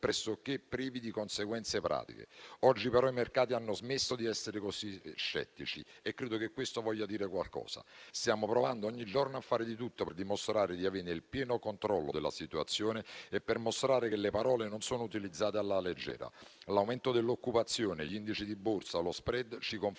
pressoché privi di conseguenze pratiche. Oggi però i mercati hanno smesso di essere così scettici e credo che questo voglia dire qualcosa. Stiamo provando ogni giorno a fare di tutto per dimostrare di avere il pieno controllo della situazione e per mostrare che le parole non sono utilizzate alla leggera. L'aumento dell'occupazione, gli indici di borsa, lo *spread* ci confermano